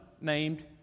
named